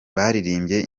baririmbye